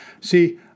See